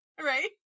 Right